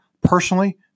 Personally